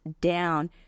down